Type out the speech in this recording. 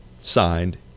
Signed